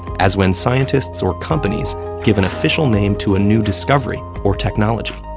as when scientists or companies give an official name to a new discovery or technology.